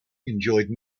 enjoyed